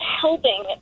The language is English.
helping